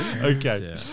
okay